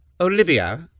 Olivia